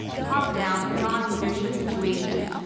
top-down, non-leadership situation.